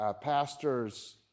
pastor's